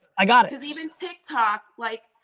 i got it. cause even tiktok, like,